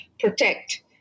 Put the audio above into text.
protect